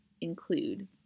include